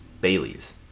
Baileys